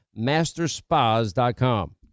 Masterspas.com